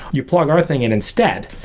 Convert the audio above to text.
you plug our thing in instead.